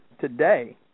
Today